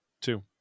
two